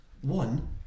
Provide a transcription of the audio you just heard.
One